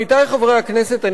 עמיתי חברי הכנסת,